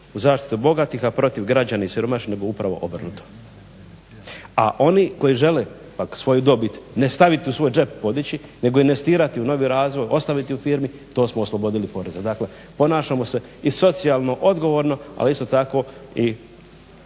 u zaštitu bogatih, a protiv građana i siromašnih nego upravo obrnuto. A oni koji žele svoju dobit ne stavit u svoj džep i podići nego investirati u novi razvoj, ostaviti u firmi, to smo oslobodili poreza. Dakle, ponašamo se i socijalno odgovorno, a isto tako i